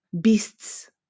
beasts